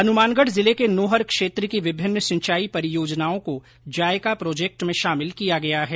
हनुमानगढ़ जिले के नोहर क्षेत्र की विभिन्न सिंचाई परियोजनाओं को जायका प्रोजेक्ट में शामिल किया गया है